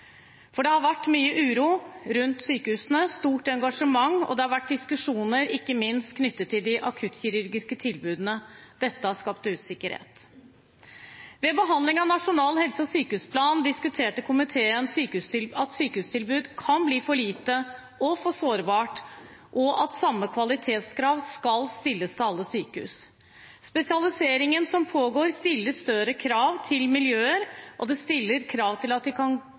For det har vært mye uro rundt sykehusene og stort engasjement, og det har vært diskusjoner, ikke minst knyttet til de akuttkirurgiske tilbudene. Dette har skapt usikkerhet. Ved behandlingen av Nasjonal helse- og sykehusplan diskuterte komiteen om et sykehustilbud kan bli for lite og for sårbart, og om samme kvalitetskrav skal stilles til alle sykehus. Spesialiseringen som pågår, stiller større krav til miljøer, og det stiller krav til at de kan